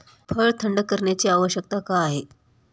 फळ थंड करण्याची आवश्यकता का आहे?